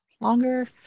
longer